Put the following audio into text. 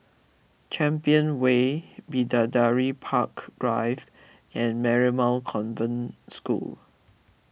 Champion Way Bidadari Park Drive and Marymount Convent School